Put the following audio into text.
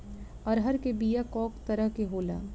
अरहर के बिया कौ तरह के होला?